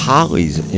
Hollies